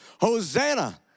Hosanna